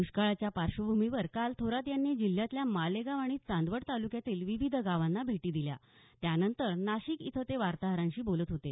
दुष्काळाच्या पार्श्वभूमीवर काल थोरात यांनी जिल्ह्यातल्या मालेगाव आणि चांदवड तालुक्यातील विविध गावांना भेटी दिल्या त्यानंतर नाशिक इथं ते वार्ताहरांशी बोलत होते